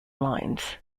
lines